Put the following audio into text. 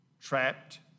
trapped